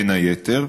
בין היתר.